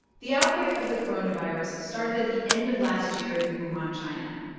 the outbreak of the coronavirus started at the end of last year in wuhan, china.